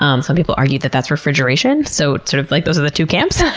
um some people argue that that's refrigeration. so it's sort of like those are the two camps